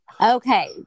Okay